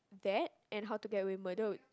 that and How to Get Away with Murder would